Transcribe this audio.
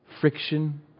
friction